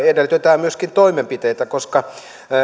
edellytetään myöskin toimenpiteitä koska